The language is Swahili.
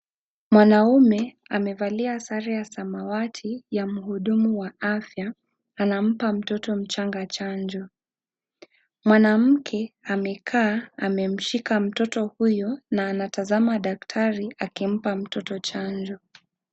Mwanaume amevalia suti ya samawati ya mhudumu wa afya anampa mtoto mchanga chanjo. Mwanamke amekaa amemshika mtoto huyo na anatazama daktari akimpa mtoto chanjo.